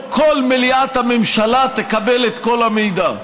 כל מליאת הממשלה תקבל את כל המידע.